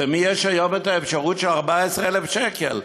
למי יש היום האפשרות של 14,000 שקל?